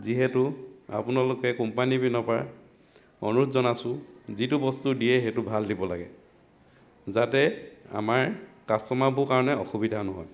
যিহেতু আপোনালোকে কোম্পানী পিনৰ পৰা অনুৰোধ জনাইছোঁ যিটো বস্তু দিয়ে সেইটো ভাল দিব লাগে যাতে আমাৰ কাষ্ট'মাৰবোৰৰ কাৰণে অসুবিধা নহয়